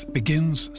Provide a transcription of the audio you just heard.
begins